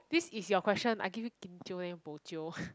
this is your question I give you kim jio then you bo jio